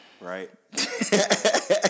Right